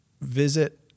visit